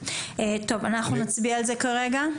טוב, אנחנו נצביע על זה כרגע.